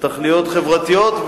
ולתוכניות חברתיות.